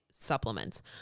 Supplements